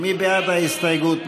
מי בעד ההסתייגות?